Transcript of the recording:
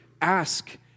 ask